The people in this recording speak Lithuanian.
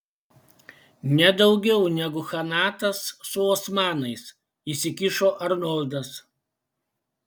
nedaugiau negu chanatas su osmanais įsikišo arnoldas